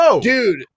dude